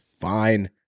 fine